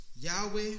Yahweh